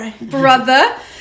brother